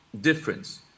difference